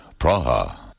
Praha